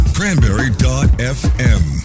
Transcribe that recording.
Cranberry.fm